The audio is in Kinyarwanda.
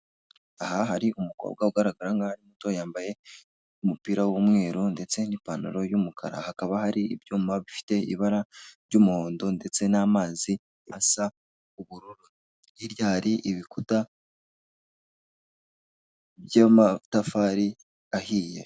Aha hari umukobwa ugaragara nk'aho ari muto yambaye umupira w'umweru ndetse n'ipantalo y'umukara, hakaba hari ibyuma bifite ry'umuhondo ndetse n'amazi asa ubururu hirya hari ibikuta by'amatafari ahiye.